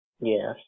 Yes